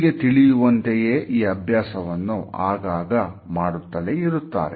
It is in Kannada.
ಹೀಗೆ ತಿಳಿಯುವಂತೆಯೇ ಈ ಅಭ್ಯಾಸವನ್ನು ಆಗಾಗ ಮಾಡುತ್ತಲೇ ಇರುತ್ತಾರೆ